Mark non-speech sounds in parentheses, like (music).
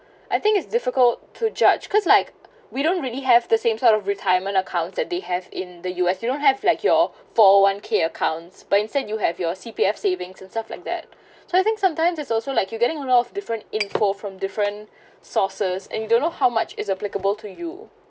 I think it's difficult to judge cause like we don't really have the same sort of retirement accounts that they have in the U_S you don't have like your four one K accounts but instead you have your C_P_F savings and stuff like that (breath) so I think sometimes is also like you're getting a lot of different info from different (breath) sources and you don't know how much is applicable to you